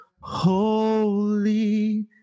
holy